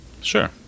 Sure